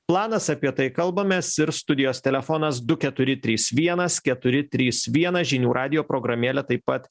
planas apie tai kalbamės ir studijos telefonas du keturi trys vienas keturi trys vienas žinių radijo programėlė taip pat